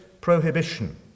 prohibition